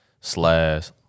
Slash